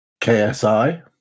KSI